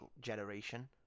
generation